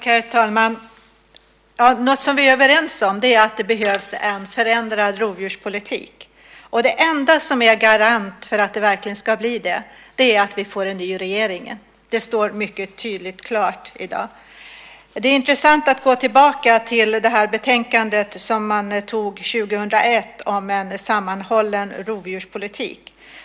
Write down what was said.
Herr talman! Något som vi är överens om är att det behövs en förändrad rovdjurspolitik. Och den enda garanten för att det verkligen ska bli det är att vi får en ny regering. Det framgår mycket tydligt och klart i dag. Det är intressant att gå tillbaka till det betänkande som antogs 2001 om en sammanhållen rovdjurspolitik.